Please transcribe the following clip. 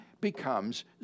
Becomes